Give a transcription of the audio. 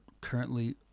currently